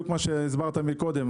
ממשרד למשרד.